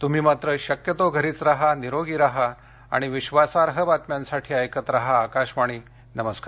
तुम्ही मात्र शक्यतो घरीच राहा निरोगी राहा आणि विश्वासार्ह बातम्यांसाठी ऐकत राहा आकाशवाणी नमस्कार